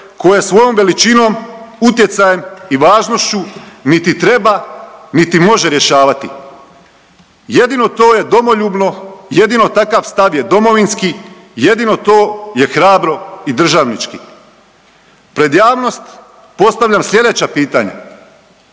koje svojom veličinom, utjecajem i važnošću niti treba, niti može rješavati, jedino to je domoljubno, jedino takav stav je domovinski, jedino to je hrabro i državnički. Pred javnost postavljam slijedeća pitanja.